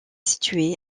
située